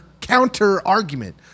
counter-argument